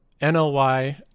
NLY